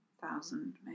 thousand